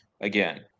again